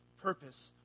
purpose